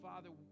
Father